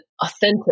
authentic